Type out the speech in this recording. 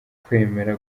kwemera